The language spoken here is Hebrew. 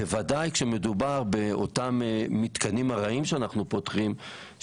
בוודאי כאשר מדובר באותם מתקנים ארעיים שאנחנו פותחים,